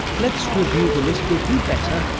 let's review the list with who better,